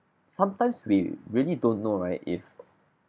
sometimes we really don't know right if